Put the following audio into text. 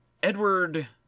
edward